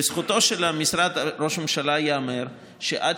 לזכותו של משרד ראש הממשלה ייאמר שעד